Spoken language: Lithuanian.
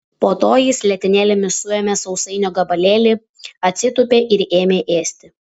po to jis letenėlėmis suėmė sausainio gabalėlį atsitūpė ir ėmė ėsti